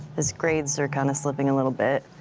his grades are kind of slipping a little bit.